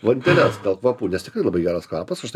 vanteles dėl kvapų nes tikrai labai geras kvapas aš taip